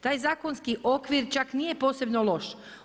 Taj zakonski okvir čak nije posebno loš.